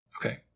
Okay